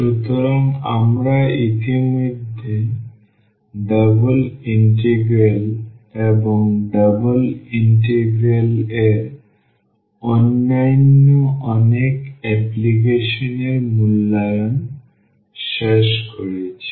সুতরাং আমরা ইতিমধ্যে ডাবল ইন্টিগ্রাল এবং ডাবল ইন্টিগ্রাল এর অন্যান্য অনেক অ্যাপ্লিকেশন এর মূল্যায়ন শেষ করেছি